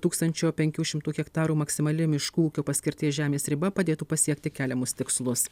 tūkstančio penkių šimtų hektarų maksimali miškų ūkio paskirties žemės riba padėtų pasiekti keliamus tikslus